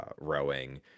rowing